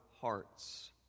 hearts